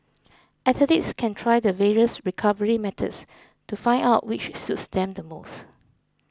athletes can try the various recovery methods to find out which suits them the most